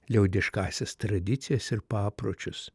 liaudiškąsias tradicijas ir papročius